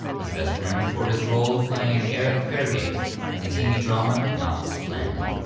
he's best remembered for his role playing eric fairgate in the tv drama knots landing.